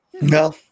No